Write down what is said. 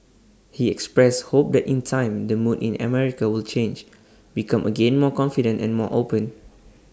he expressed hope that in time the mood in America will change become again more confident and more open